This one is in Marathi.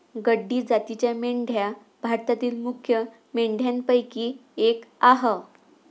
गड्डी जातीच्या मेंढ्या भारतातील मुख्य मेंढ्यांपैकी एक आह